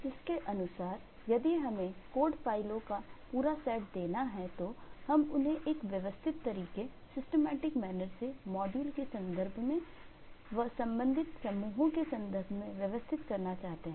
जिसमें एक घटक डीकंपोजीशन से मॉड्यूल के संदर्भ में व संबंधित समूहों के संदर्भ में व्यवस्थित करना चाहते हैं